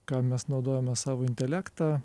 ką mes naudojame savo intelektą